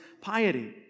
piety